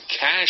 cash